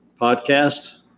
podcast